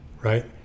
right